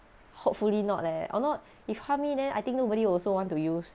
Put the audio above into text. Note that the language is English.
hopefully not leh or not if harm me then I think nobody also want to use